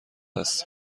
هستی